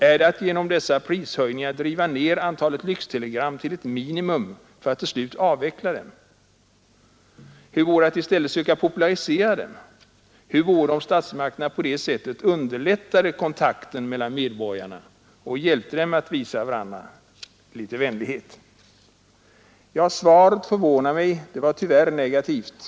Är det att genom dessa prishöjningar driva ned antalet lyxtelegram till ett minimum för att till slut avveckla dem helt? Hur vore det att i stället söka popularisera dem? Hur vore det om statsmakterna på det sättet underlättade kontakten mellan medborgarna och hjälpte dem att visa varandra litet vänlighet? Statsrådets svar förvånar mig; det var tyvärr negativt.